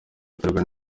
iterwa